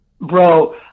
Bro